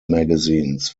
magazines